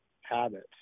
habits